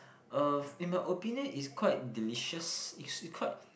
uh in my opinion is quite delicious it is quite